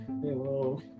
hello